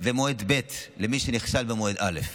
ומועד ב' למי שנכשל במועד א';